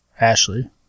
Ashley